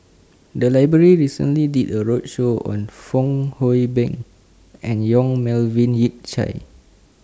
The Library recently did A roadshow on Fong Hoe Beng and Yong Melvin Yik Chye